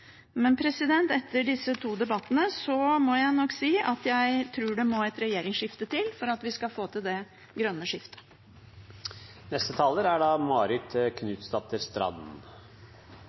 Men etter disse to debattene må jeg nok si at jeg tror det må et regjeringsskifte til for at vi skal få til det grønne skiftet. Norge er